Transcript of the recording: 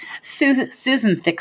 Susan